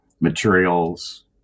materials